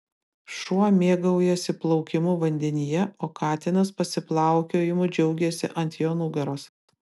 šuo mėgaujasi plaukimu vandenyje o katinas pasiplaukiojimu džiaugiasi ant jo nugaros